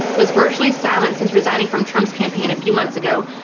was virtually silent since resigning from trump's campaign a few months ago,